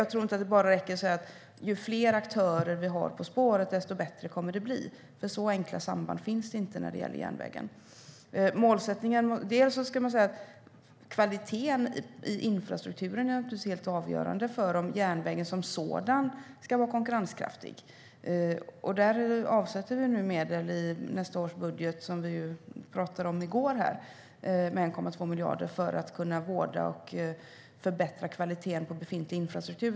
Det räcker inte att bara säga: Ju fler aktörer vi har på spåret, desto bättre kommer det att bli. Så enkla samband finns det inte när det gäller järnvägen. Kvaliteten i infrastrukturen är helt avgörande för om järnvägen som sådan blir konkurrenskraftig. Som vi pratade om här i går avsätter vi medel, 1,2 miljarder, i nästa års budget för att vårda och förbättra kvaliteten på befintlig infrastruktur.